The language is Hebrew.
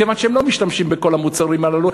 כיוון שהם לא משתמשים בכל המוצרים הללו.